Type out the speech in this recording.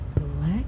black